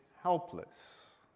helpless